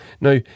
Now